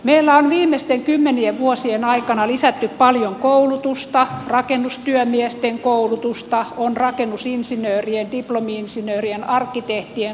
meillä on viimeisten kymmenien vuosien aikana lisätty paljon koulutusta rakennustyömiesten koulutusta on rakennusinsinöörien diplomi insinöörien arkkitehtien korkeatasoista koulutusta